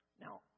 Now